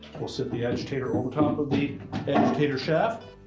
we'll sit the agitator over top of the agitator shaft,